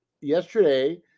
yesterday